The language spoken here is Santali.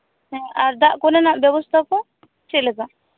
ᱦᱮᱸ ᱟᱨ ᱫᱟᱜ ᱠᱚᱨᱮᱱᱟᱜ ᱵᱮᱵᱚᱥᱛᱷᱟ ᱠᱚ ᱪᱮᱫ ᱞᱮᱠᱟ